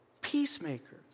peacemakers